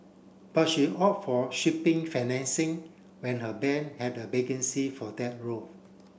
but she opt for shipping financing when her bank had a vacancy for that role